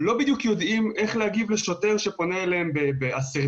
נורמטיביים והם לא יודעים בדיוק איך להגיב לשוטר שפונה אליהם באסרטיביות,